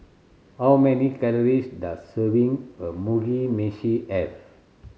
how many calories does serving a Mugi Meshi have